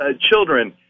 children